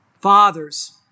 Fathers